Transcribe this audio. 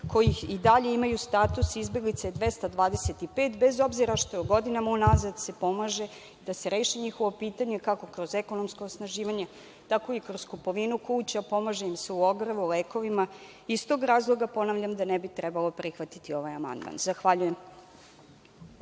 koji i dalje imaju status izbeglica je 225, bez obzira što se godinama unazad pomaže da se reši njihovo pitanje, kako kroz ekonomsko osnaživanje, tako i kroz kupovinu kuća, pomaže im se u ogrevu, lekovima. Iz tog razloga ponavljam da ne bi trebalo prihvatiti ovaj amandman. Zahvaljujem.